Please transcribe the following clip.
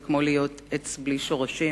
זה כמו להיות עץ בלי שורשים.